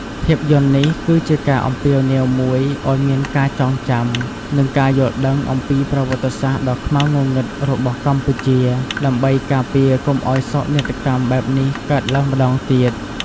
ភាពយន្តនេះគឺជាការអំពាវនាវមួយឱ្យមានការចងចាំ និងការយល់ដឹងអំពីប្រវត្តិសាស្ត្រដ៏ខ្មៅងងឹតរបស់កម្ពុជា ដើម្បីការពារកុំឱ្យសោកនាដកម្មបែបនេះកើតឡើងម្តងទៀត។